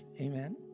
Amen